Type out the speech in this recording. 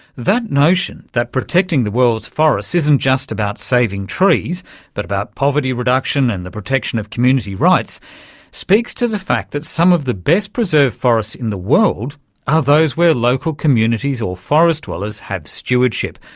notion that protecting the world's forests isn't just about saving trees but about poverty reduction and the protection of community rights speaks to the fact that some of the best preserved forests in the world are those where local communities or forest dwellers have stewardship,